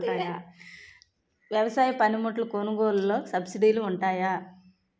వ్యవసాయ పనిముట్లు కొనుగోలు లొ సబ్సిడీ లు వుంటాయా?